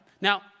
Now